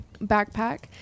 backpack